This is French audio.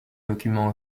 document